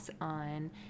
on